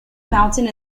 mountain